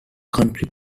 country